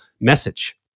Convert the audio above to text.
message